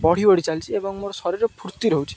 ବଢ଼ି ବଢ଼ି ଚାଲିଛି ଏବଂ ମୋର ଶରୀର ଫୁର୍ତ୍ତି ରହୁଛି